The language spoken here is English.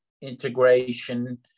integration